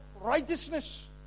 righteousness